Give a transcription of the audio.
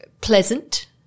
pleasant